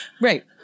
Right